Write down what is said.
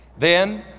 then,